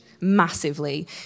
massively